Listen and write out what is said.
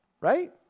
right